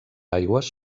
aigües